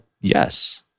yes